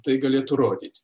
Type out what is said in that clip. tai galėtų rodyti